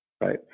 right